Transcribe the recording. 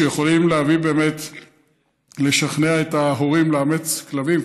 שיכולים להביא, ולשכנע את ההורים לאמץ כלבים.